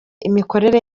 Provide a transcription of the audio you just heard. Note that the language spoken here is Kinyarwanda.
imikorere